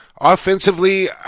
Offensively